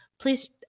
Please